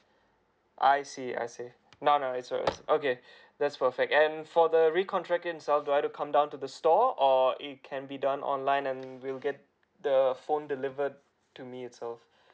I see I see no no it's alright okay that's perfect and for the recontract itself do I have to come down to the store or it can be done online and will get the phone delivered to me itself